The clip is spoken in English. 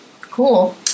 Cool